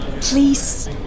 Please